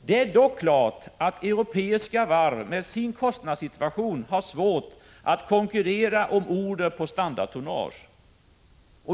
Det är dock klart att europeiska varv med sin kostnadssituation har svårt att konkurrera om order på standardtonnage.